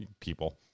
people